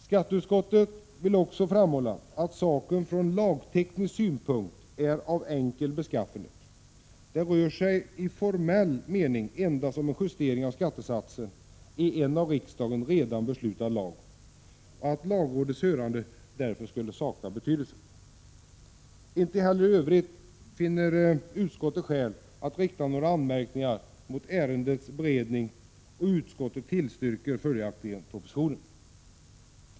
Skatteutskottet vill också framhålla att saken från lagteknisk synpunkt är av enkel beskaffenhet — det rör sig i formell mening endast om en justering av skattesatsen i en av riksdagen redan beslutad lag — och att lagrådets hörande därför skulle sakna betydelse. Inte heller i övrigt finner utskottet skäl att rikta några anmärkningar mot ärendets beredning, och utskottet tillstyrker följaktligen propositionen.